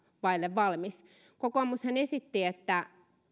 vaille valmis kokoomushan esitti että